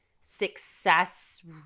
success